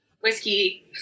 whiskey